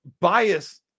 bias